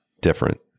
different